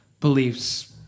beliefs